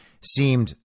seemed